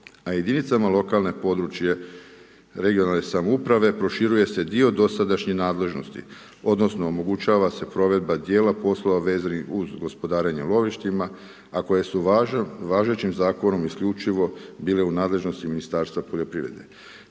a jedinice lokalne područne regionalne samouprave proširuje se dio dosadašnjih nadležnosti, odnosno, omogućava se provedba dijela poslova vezanih uz gospodarenja lovištima a koje su važećim zakonom isključivo bile u nadležnosti Ministarstva poljoprivrede,